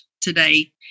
today